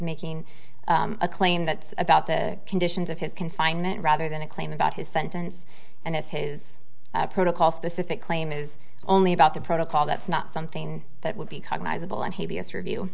making a claim that's about the conditions of his confinement rather than a claim about his sentence and if his protocol specific claim is only about the protocol that's not something that would be